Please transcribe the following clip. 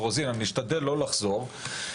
באירופה יש מלחמה נוראה.